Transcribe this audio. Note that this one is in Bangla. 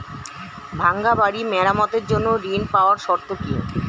ভাঙ্গা বাড়ি মেরামতের জন্য ঋণ পাওয়ার শর্ত কি?